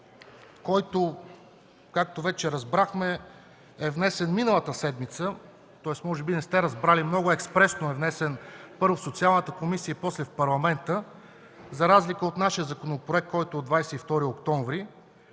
който, както вече разбрахме, е внесен миналата седмица, тоест може би не сте разбрали – много експресно е внесен първо в Социалната комисия и после в Парламента, за разлика от нашия законопроект, който е от 22 октомври,